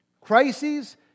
Crises